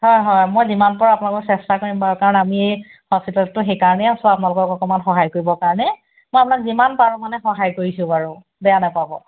হয় হয় মই যিমান পাৰোঁ আপোনালোকক চেষ্টা কৰিম বাৰু কাৰণ আমি হস্পিটেলততো সেইকাৰণেই আছোঁ আপোনালোকক অকণমান সহায় কৰিবৰ কাৰণে মই আপোনাক যিমান পাৰোঁ মানে সহায় কৰিছোঁ বাৰু বেয়া নেপাব